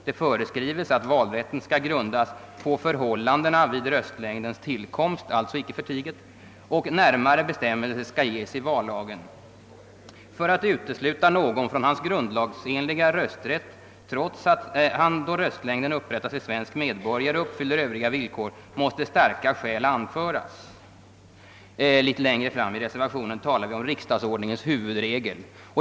Det föreskrivs att valrätten skall grundas ”på förhållandena vid röstlängdens tillkomst” och att närmare bestämmelser skall ges i vallagen. För att utesluta någon från hans grundlagsenliga rösträtt, trots att han då röstlängd upprättas är svensk medborgare och uppfyller övriga villkor, måste starka skäl anföras.» Litet längre fram i reservationen talar vi om riksdagsordningens huvudregel.